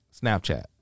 Snapchat